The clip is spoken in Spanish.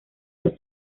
las